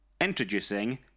introducing